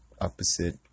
opposite